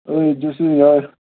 ꯑꯗꯨꯁꯨ ꯌꯥꯏ